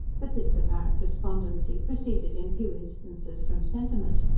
but this apparent despondency proceeded in few instances from sentiment.